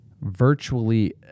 virtually